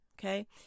okay